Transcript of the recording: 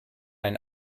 ein